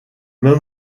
même